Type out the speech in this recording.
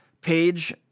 page